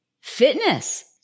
Fitness